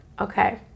Okay